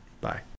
bye